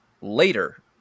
later